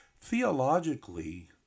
Theologically